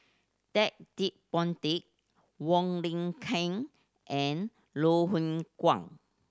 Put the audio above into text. Ted De Ponti Wong Lin Ken and Loh Hoong Kwan